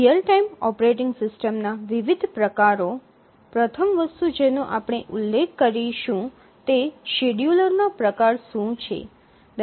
real time operating સિસ્ટમના વિવિધ પ્રકારો પ્રથમ વસ્તુ જેનો આપણે ઉલ્લેખ કરીશું તે શેડ્યૂલરના પ્રકાર શું છે